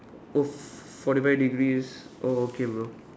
oh f~ forty five degrees oh okay bro